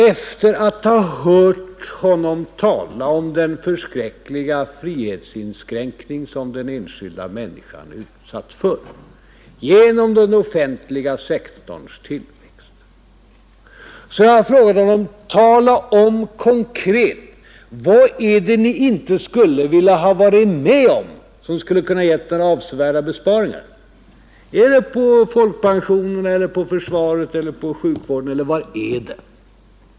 Efter att ha hört honom tala om den förskräckliga frihetsinskränkning som den enskilda människan är utsatt för genom den offentliga sektorns tillväxt har jag bett honom att svara konkret på frågan: Vad är det ni inte skulle ha velat vara med om, som skulle ha kunnat ge avsevärda besparingar? Är det folkpensionerna, försvaret, sjukvården, eller vad är det?